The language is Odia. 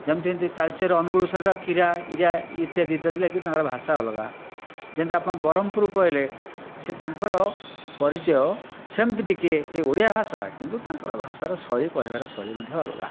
ଯେମିତି ଏମିତି ତାଳଚେର ଅନୁଗୁଳ ସାଇଡ୍ର କିରା ଇରା ଇତ୍ୟାଦି ଇତ୍ୟାଦି ଲାଗେ ତାଙ୍କର ଭାଷା ଅଲଗା ଯେମିତି ଆପଣ ବ୍ରହ୍ମପୁର ପଳାଇଲେ ସେ ତାଙ୍କର ପରିଚୟ ସେମିତି ଟିକିଏ ସେଇ ଓଡ଼ିଆ ଭାଷା କିନ୍ତୁ ତାଙ୍କର ଭାଷାର ଶୈଳୀ କହିବାର ଶୈଳୀ ମଧ୍ୟ ଅଲଗା